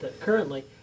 currently